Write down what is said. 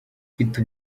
mfite